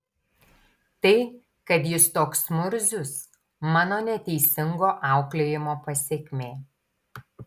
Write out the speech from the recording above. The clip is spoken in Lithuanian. tai kad jis toks murzius mano neteisingo auklėjimo pasekmė